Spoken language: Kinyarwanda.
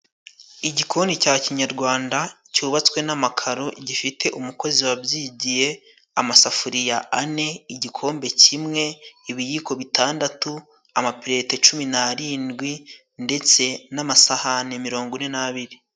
Igikoni cya kinyarwanda cyubatswe n'amakaro gifite umukozi wabyigiye; amasafuriya ane, igikombe kimwe, ibiyiko bitandatu ,amaperete cumi narindwi, ndetse n'amasahani mirongo ine n'abiri.